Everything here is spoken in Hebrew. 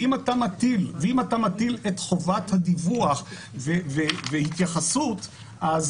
ואם אתה מטיל את חובת הדיווח והתייחסות אז